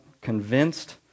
convinced